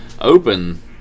open